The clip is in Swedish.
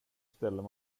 ställer